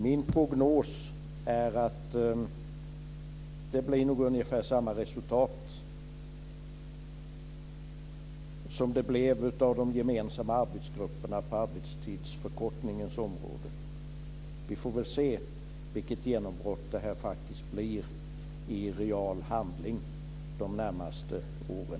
Min prognos är att det nog blir ungefär samma resultat som det blev av de gemensamma arbetsgrupperna på arbetstidsförkortningens område. Vi får väl se vilket genombrott detta faktiskt blir i real handling under de närmaste åren.